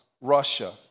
Russia